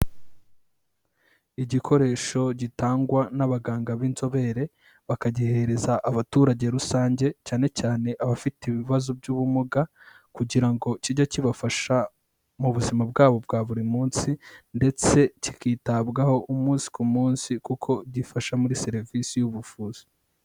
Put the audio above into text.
Igikoresho gitangwa n'abaganga b'inzobere, bakagihereza abaturage rusange, cyane cyane abafite ibibazo by'ubumuga kugira ngo kijye kibafasha mu buzima bwabo bwa buri munsi ndetse kikitabwaho umunsi ku munsi kuko gifasha muri serivisi y'ubuvuzi.